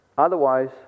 Otherwise